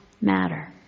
matter